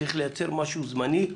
צריך לייצר משהו זמני,